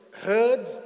heard